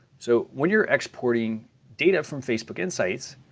so when you're exporting data from facebook insights,